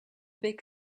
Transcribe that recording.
big